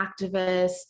Activists